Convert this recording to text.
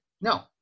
no